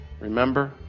Remember